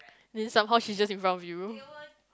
then some how she is just in front of you